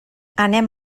anem